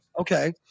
okay